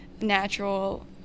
natural